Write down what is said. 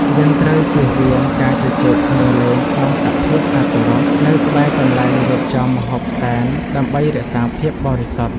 យើងត្រូវជៀសវាងការជជែកគ្នាលេងក្នុងសភាពអសុរោះនៅក្បែរកន្លែងរៀបចំម្ហូបសែនដើម្បីរក្សាភាពបរិសុទ្ធ។